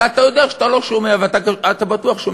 בטוח שאתה שומע כמוני,